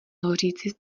hořící